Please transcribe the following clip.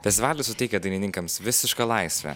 festivalis suteikia dainininkams visišką laisvę